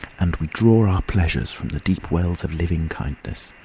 and we draw our pleasures from the deep wells of living kindness,